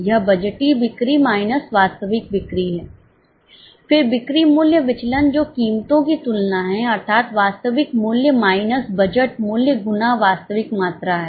यह बजटीय बिक्री माइनस वास्तविक बिक्री है फिर बिक्री मूल्य विचलन जो कीमतों की तुलना है अर्थात वास्तविक मूल्य माइनस बजट मूल्य गुना वास्तविक मात्रा हैं